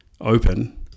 open